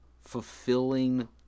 fulfilling